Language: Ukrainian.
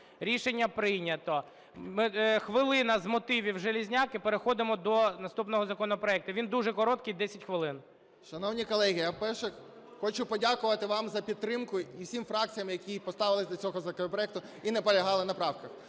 Рішення прийнято. Хвилина з мотивів – Железняк. І переходимо до наступного законопроекту, він дуже короткий - 10 хвилин. 19:18:56 ЖЕЛЕЗНЯК Я.І. Шановні колеги, по-перше, хочу подякувати вам за підтримку і всім фракціям, які поставились до цього законопроекту і наполягали на правках.